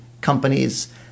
companies